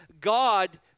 God